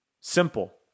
simple